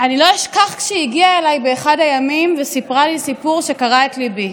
אני לא אשכח שהגיעה אליי באחד הימים וסיפרה לי סיפור שקרע את ליבי.